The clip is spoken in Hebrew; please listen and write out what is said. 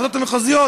הוועדות המחוזיות,